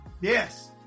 Yes